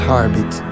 Harbit